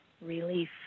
Relief